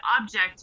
object